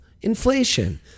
inflation